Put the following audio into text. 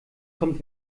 kommt